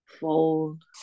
fold